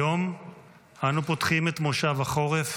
היום אנו פותחים את מושב החורף,